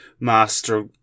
Master